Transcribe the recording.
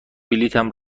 بلیطم